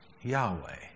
Yahweh